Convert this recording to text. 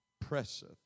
presseth